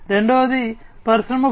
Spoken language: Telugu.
రెండవది పరిశ్రమ 4